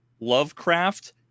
Lovecraft